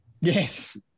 Yes